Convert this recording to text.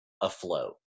afloat